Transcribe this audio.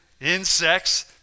insects